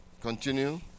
Continue